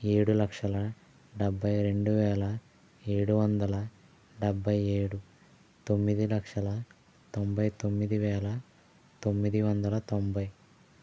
ఏడు లక్షల డెబ్భై రెండు వేల ఏడు వందల డెబ్భై ఏడు తొమ్మిది లక్షల తొంభై తొమ్మిది వేల తొమ్మిది వందల తొంభై